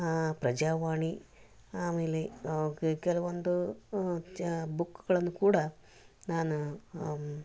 ಪ್ರಜಾವಾಣಿ ಆಮೇಲೆ ಕೆಲವೊಂದು ಬುಕ್ಗಳನ್ನು ಕೂಡ ನಾನು